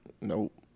Nope